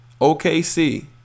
OKC